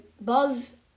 Buzz